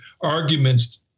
arguments